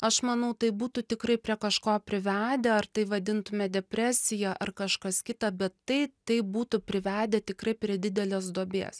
aš manau tai būtų tikrai prie kažko privedę ar tai vadintume depresija ar kažkas kita bet tai tai būtų privedę tikrai prie didelės duobės